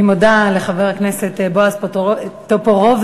אני מודה לחבר הכנסת בועז טופורובסקי,